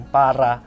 para